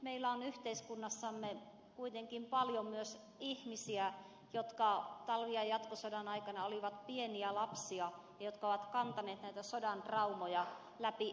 meillä on yhteiskunnassamme kuitenkin paljon myös ihmisiä jotka talvi ja jatkosodan aikana olivat pieniä lapsia ja jotka ovat kantaneet näitä sodan traumoja läpi elämän